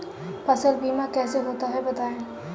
फसल बीमा कैसे होता है बताएँ?